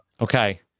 Okay